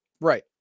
Right